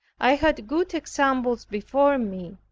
i had good examples before me,